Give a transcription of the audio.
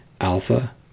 Alpha